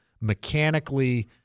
mechanically